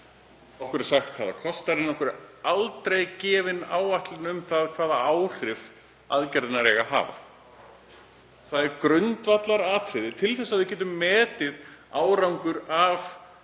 Okkur er sagt hvað það kostar en okkur er aldrei gefin áætlun um hvaða áhrif aðgerðirnar eiga að hafa. Það er grundvallaratriði til þess að við getum metið árangur af